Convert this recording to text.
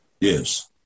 Yes